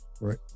Right